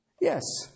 Yes